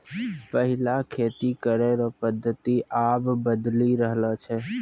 पैहिला खेती करै रो पद्धति आब बदली रहलो छै